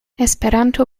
esperanto